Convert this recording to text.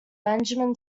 benjamin